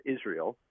Israel